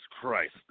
Christ